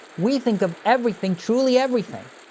we think of everything. truly everything.